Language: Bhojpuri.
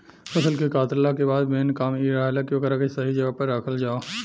फसल के कातला के बाद मेन काम इ रहेला की ओकरा के सही जगह पर राखल जाव